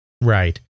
Right